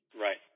Right